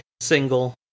Single